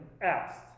asked